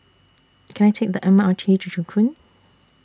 Can I Take The M R T to Joo Koon